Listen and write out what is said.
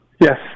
yes